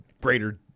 greater